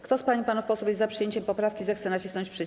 Kto z pań i panów posłów jest za przyjęciem poprawki, zechce nacisnąć przycisk.